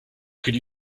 could